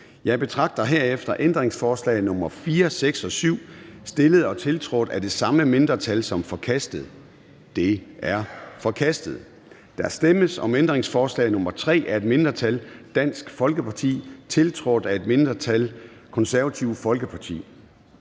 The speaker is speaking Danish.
Jeg betragter herefter ændringsforslag nr. 4, 6 og 7, stillet og tiltrådt af samme mindretal, som forkastet. De er forkastet. Der stemmes om ændringsforslag nr. 3 af et mindretal (DF), tiltrådt af et mindretal (KF). Afstemningen